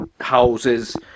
houses